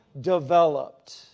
developed